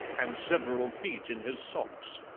and several feet in his socks.